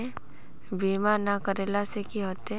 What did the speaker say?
बीमा ना करेला से की होते?